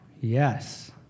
Yes